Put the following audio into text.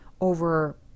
over